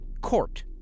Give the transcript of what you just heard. court